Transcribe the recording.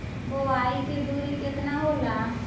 बुआई के दूरी केतना होला?